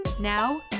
Now